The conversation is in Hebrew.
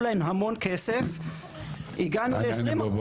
להם המון כסף הגענו ל-20% --- בוא,